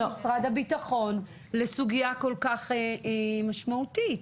משרד הביטחון לסוגייה כל כך משמעותית.